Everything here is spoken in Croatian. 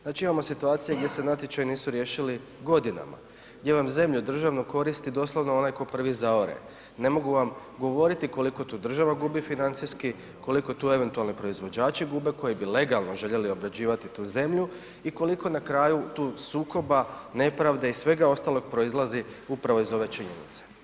Znači imamo situacije gdje se natječaji nisu riješili godinama, gdje vam zemlju državnu koristi doslovno onaj koji prvi zaore, ne mogu vam govoriti koliko tu država gubi financijski, koliko tu eventualno proizvođači gube koji bi legalno željeli obrađivati tu zemlju i koliko na kraju tu sukoba, nepravde i svega ostalog proizlazi upravo iz ove činjenice.